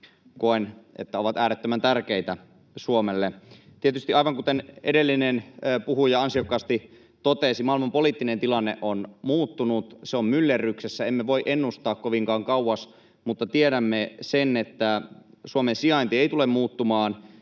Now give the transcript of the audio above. koen, että ne ovat äärettömän tärkeitä Suomelle. Tietysti, aivan kuten edellinen puhuja ansiokkaasti totesi, maailmanpoliittinen tilanne on muuttunut. Se on myllerryksessä. Emme voi ennustaa kovinkaan kauas, mutta tiedämme sen, että Suomen sijainti ei tule muuttumaan.